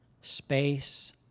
space